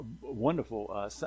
wonderful